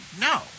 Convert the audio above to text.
No